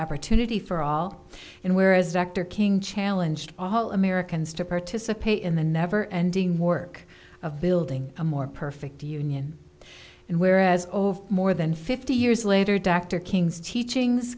opportunity for all and where as dr king challenge to all americans to participate in the never ending work of building a more perfect union and whereas over more than fifty years later dr king's teachings